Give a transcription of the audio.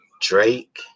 Drake